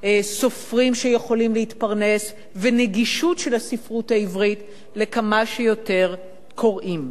סופרים שיכולים להתפרנס ונגישות של הספרות העברית לכמה שיותר קוראים.